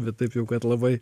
bet taip jau kad labai